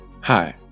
Hi